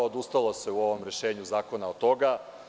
Odustalo se u ovom rešenju zakona od toga.